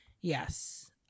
yes